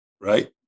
right